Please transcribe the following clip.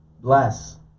Bless